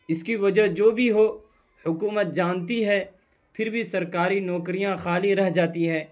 اس کی وجہ جو بھی ہو حکومت جانتی ہے پھر بھی سرکاری نوکریاں خالی رہ جاتی ہے